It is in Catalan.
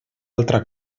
altra